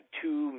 two